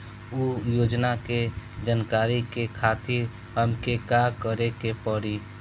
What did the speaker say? उ योजना के जानकारी के खातिर हमके का करे के पड़ी?